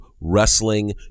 Wrestling